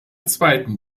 zweiten